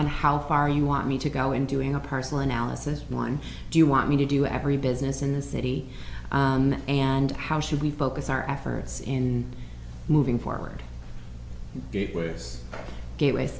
on how far you want me to go in doing a personal analysis one do you want me to do every business in the city and how should we focus our efforts in moving forward gateway